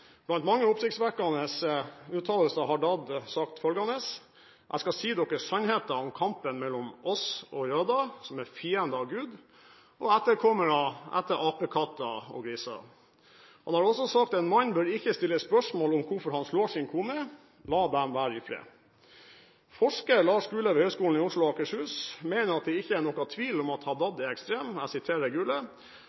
Blant mange oppsiktsvekkende uttalelser har al-Haddad sagt følgende: «Jeg skal si dere sannheten om kampen mellom oss og jøder som er fiender av Gud, og etterkommere av apekatter og griser.» Han har også sagt: «En mann bør ikke stilles spørsmål om hvorfor han slår sin kone. La dem være i fred.» Forsker Lars Gule ved Høgskolen i Oslo og Akershus mener at det ikke er noen tvil om at